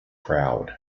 crowd